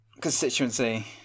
constituency